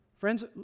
Friends